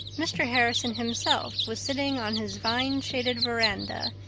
mr. harrison himself was sitting on his vineshaded veranda,